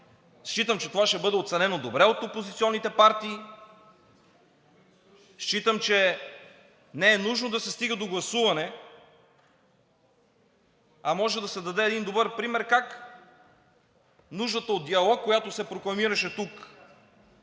Считам, че това ще бъде оценено добре от опозиционните партии. Считам, че не е нужно да се стига до гласуване, а може да се даде един добър пример как нуждата от диалог, която се прокламираше тук